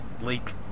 leak